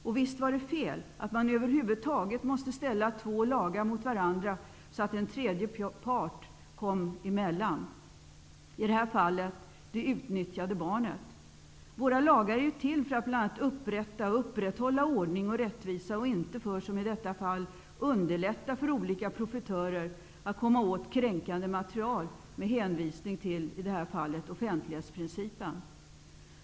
Och visst var det fel att man över huvud taget måste ställa två lagar mot varandra så att en tredje part kom emellan -- i det här fallet det utnyttjade barnet. Våra lagar är ju till för att bl.a. upprätta och upprätthålla ordning och rättvisa och inte för som i detta fall underlätta för olika profitörer att komma åt kränkande material med hänvisning till offentlighetsprincipen.